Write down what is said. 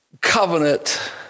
covenant